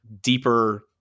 deeper